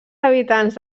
habitants